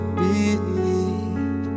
believe